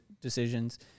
decisions